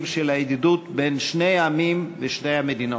של הידידות בין שני העמים ושתי המדינות.